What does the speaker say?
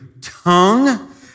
tongue